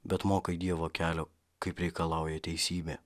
bet mokai dievo kelio kaip reikalauja teisybė